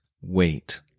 wait